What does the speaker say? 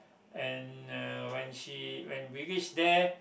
and uh when she when we reach there